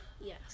yes